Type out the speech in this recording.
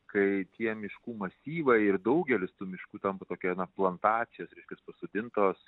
kai tie miškų masyvai ir daugelis tų miškų tampa tokia na plantacijos reiškias pasodintos